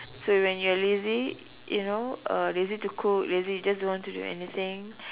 so when you're lazy you know uh lazy to cook lazy just don't want to do anything